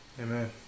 Amen